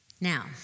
Now